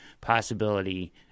possibility